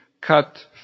cut